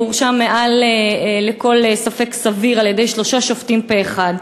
הוא הורשע מעל לכל ספק סביר על-ידי שלושה שופטים פה-אחד.